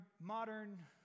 modern